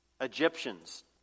Egyptians